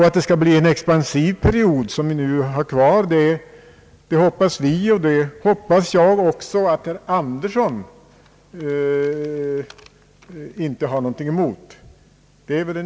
Att den period som återstår skall bli expansiv hoppas vi, och det har väl inte heller herr Andersson någonting emot.